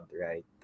right